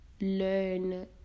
learn